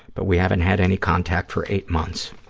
but we haven't had any contact for eight months.